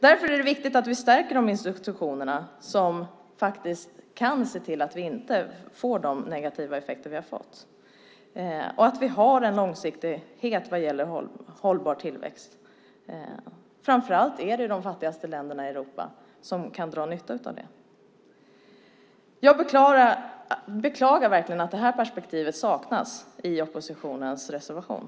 Därför är det viktigt att vi stärker de institutioner som kan se till att vi inte får de negativa effekter vi har fått i dag och att det finns en långsiktighet vad gäller hållbar tillväxt. Framför allt är det de fattigaste länderna i Europa som kan dra nytta av detta. Jag beklagar verkligen att det här perspektivet saknas i oppositionens reservation.